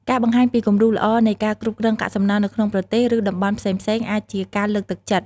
ការបង្ហាញពីគំរូល្អនៃការគ្រប់គ្រងកាកសំណល់នៅក្នុងប្រទេស ឬតំបន់ផ្សេងៗអាចជាការលើកទឹកចិត្ត។